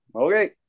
okay